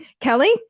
Kelly